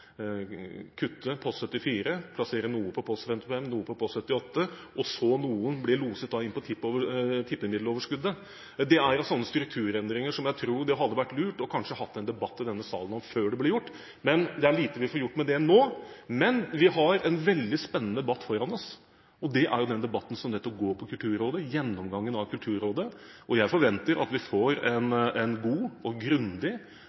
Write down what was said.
kutte på post 74 og plassere noe på post 55 og noe på post 78, og noe ble loset inn på tippemiddeloverskuddet. Det er slike strukturendringer jeg tror det hadde vært lurt kanskje å ha en debatt om i denne sal før de ble gjort, men det er lite vi får gjort med det nå. Men vi har en veldig spennende debatt foran oss, og det er den debatten som nettopp går på Kulturrådet og gjennomgangen av Kulturrådet. Jeg forventer at vi får en god og grundig